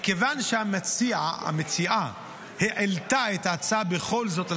מכיוון שהמציעה העלתה את ההצעה בכל זאת על